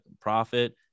profit